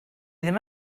ddim